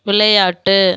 விளையாட்டு